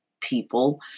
people